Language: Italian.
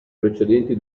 precedenti